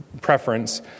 preference